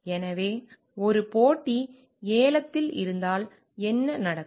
எனவே ஒரு போட்டி ஏலத்தில் இருந்தால் என்ன நடக்கும்